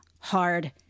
hard